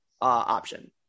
option